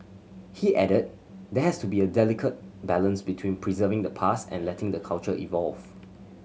he added there has to be a delicate balance between preserving the past and letting the culture evolve